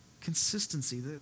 Consistency